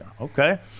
Okay